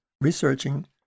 researching